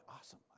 awesome